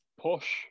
push